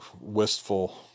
wistful